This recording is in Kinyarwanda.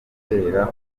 guhera